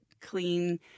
clean